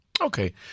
okay